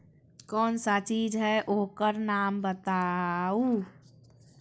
कौन सा चीज है ओकर नाम बताऊ?